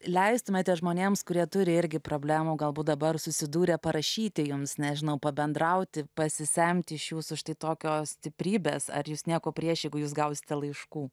leistumėte žmonėms kurie turi irgi problemų galbūt dabar susidūrę parašyti jums nes žinau pabendrauti pasisemti iš jūsų štai tokios stiprybės ar jūs nieko prieš jeigu jūs gausite laiškų